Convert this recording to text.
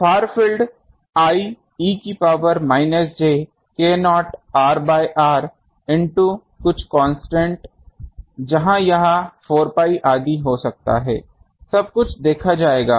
far field I e कि power minus j k0 r by r into कुछ constants जहाँ यह 4 pi आदि होगा सब कुछ देखा जाएगा